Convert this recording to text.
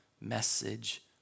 message